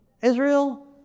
Israel